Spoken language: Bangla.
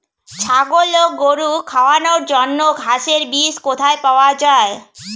ছাগল ও গরু খাওয়ানোর জন্য ঘাসের বীজ কোথায় পাওয়া যায়?